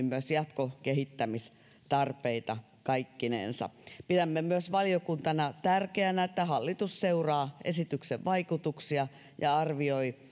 myös jatkokehittämistarpeita kaikkinensa pidämme myös valiokuntana tärkeänä että hallitus seuraa esityksen vaikutuksia ja arvioi